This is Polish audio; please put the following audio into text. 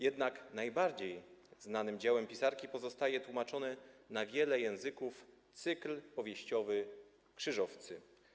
Jednak najbardziej znanym dziełem pisarki pozostaje tłumaczony na wiele języków cykl powieściowy „Krzyżowcy”